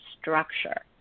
structure